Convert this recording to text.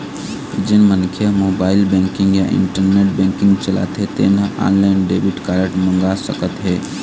जेन मनखे ह मोबाईल बेंकिंग या इंटरनेट बेंकिंग चलाथे तेन ह ऑनलाईन डेबिट कारड मंगा सकत हे